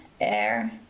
air